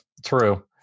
true